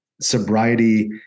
sobriety